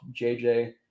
JJ